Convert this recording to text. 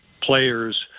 players